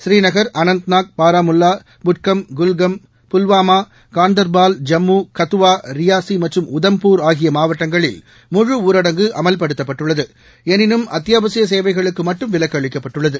புரீநகர் அனந்த்நாக் பாரமுல்லா புட்கம் குல்கம் புல்வாமா கான்தர்பால் ஜம்மு கத்துவா ரியாசி மற்றும் உதம்பூர் ஆகிய மாவட்டங்களில் முழு ஊரடங்கு அமவ்படுத்தப்பட்டுள்ளது எனினும் அத்தியாவசிய சேவைகளுக்கு மட்டும் விலக்கு அளிக்கப்பட்டுள்ளது